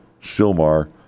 Silmar